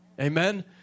Amen